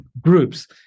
groups